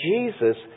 Jesus